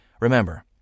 Remember